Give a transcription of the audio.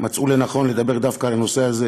מצאו לנכון לדבר דווקא על הנושא הזה,